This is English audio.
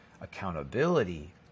accountability